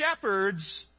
shepherds